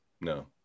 No